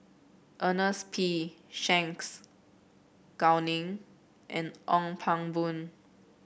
Ernest P Shanks Gao Ning and Ong Pang Boon